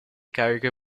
cariche